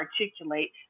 articulate